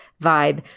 vibe